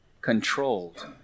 controlled